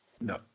No